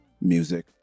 Music